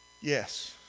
yes